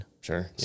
Sure